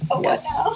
Yes